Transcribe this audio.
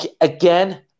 again